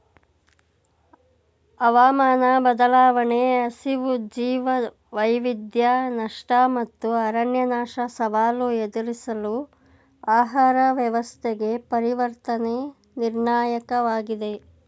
ಹವಾಮಾನ ಬದಲಾವಣೆ ಹಸಿವು ಜೀವವೈವಿಧ್ಯ ನಷ್ಟ ಮತ್ತು ಅರಣ್ಯನಾಶ ಸವಾಲು ಎದುರಿಸಲು ಆಹಾರ ವ್ಯವಸ್ಥೆಗೆ ಪರಿವರ್ತನೆ ನಿರ್ಣಾಯಕವಾಗಿದೆ